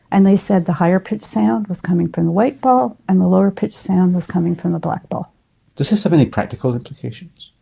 and they said the higher pitched sound was coming from the white ball and the lower pitched sound was coming from the black ball. does this have any practical implications?